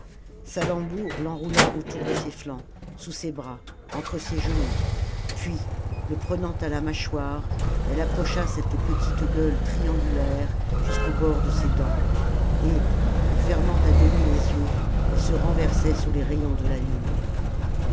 salammbô l'enroula autour de ses flancs sous ses bras entre ses genoux puis le prenant à la mâchoire elle approcha cette petite gueule triangulaire jusqu'au bord de ses dents et en fermant à demi les yeux elle se renversait sous les rayons de la lune